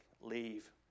leave